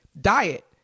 diet